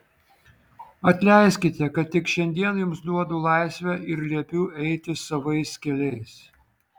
atleiskite kad tik šiandien jums duodu laisvę ir liepiu eiti savais keliais